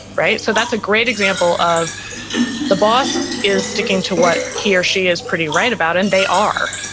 right? so that's a great example of the boss is sticking to what he or she is pretty right about and they are.